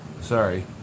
sorry